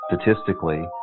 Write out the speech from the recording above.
Statistically